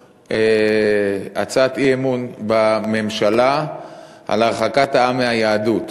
הצעת אי-אמון בממשלה על הרחקת העם מהיהדות,